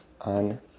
on